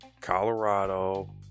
Colorado